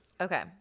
Okay